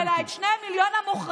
אלא את שני מיליון המוחרמים